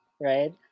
right